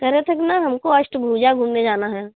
कह रहे थे कि ना हम को अष्टभुजा घूमने जाना है